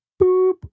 Boop